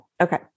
Okay